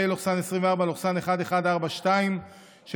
פ/1142/24,